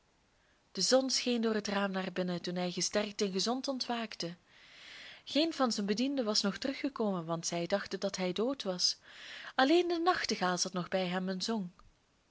de zon scheen door het raam naar binnen toen hij gesterkt en gezond ontwaakte geen van zijn bedienden was nog teruggekomen want zij dachten dat hij dood was alleen de nachtegaal zat nog bij hem en zong